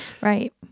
Right